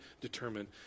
determine